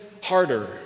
harder